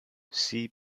see